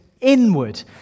inward